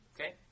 Okay